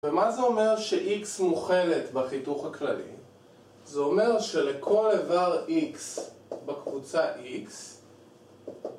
ומה זה אומר שx מוכלת בחיתוך הכללי, זה אומר שלכל עבר x בקבוצה x